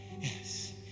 yes